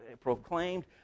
proclaimed